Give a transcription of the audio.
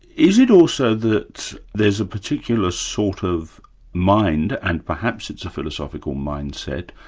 is it also that there's a particular sort of mind and perhaps it's a philosophical mindset,